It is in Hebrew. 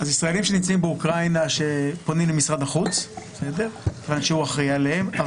ישראלים שנמצאים באוקראינה פונים למשרד החוץ שאחראי עליהם.